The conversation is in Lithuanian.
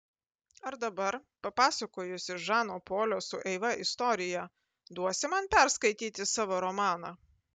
ar dabar papasakojusi žano polio su eiva istoriją duosi man perskaityti savo romaną